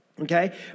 okay